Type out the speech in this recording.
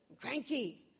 cranky